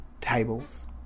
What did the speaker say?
tables